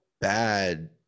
bad